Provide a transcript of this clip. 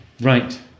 right